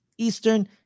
Eastern